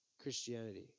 Christianity